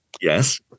Yes